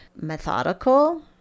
methodical